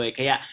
Kaya